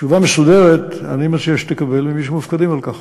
תשובה מסודרת אני מציע שתקבל ממי שמופקדים על כך.